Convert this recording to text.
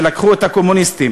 ולקחו את הקומוניסטים,